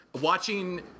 watching